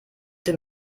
hier